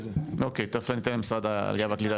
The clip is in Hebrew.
אוקיי, תיכף אני אתן למשרד העלייה והקליטה.